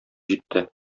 җитте